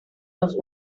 los